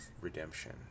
redemption